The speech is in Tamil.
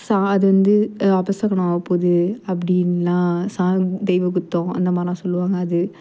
சா அது வந்து அபசகுணம் ஆகபோது அப்படின்லாம் சாம் தெய்வ குற்றம் அந்த மாதிரிலாம் சொல்லுவாங்க அது